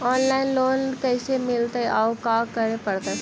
Online loan कैसे मिलतै औ का करे पड़तै?